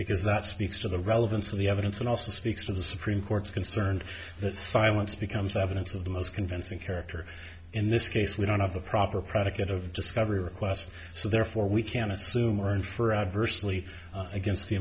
because that speaks to the relevance of the evidence and also speaks to the supreme court's concerns that silence becomes evidence of the most convincing character in this case we don't have the proper predicate of discovery request so therefore we can assume urn for adversely against the